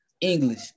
English